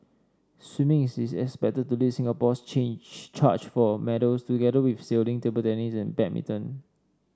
swimming is expected to lead Singapore's change charge for medals together with sailing table tennis and badminton